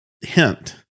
hint